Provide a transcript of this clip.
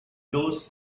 those